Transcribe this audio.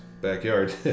backyard